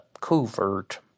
covert